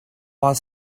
while